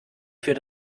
für